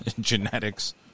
Genetics